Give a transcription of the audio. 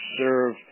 serve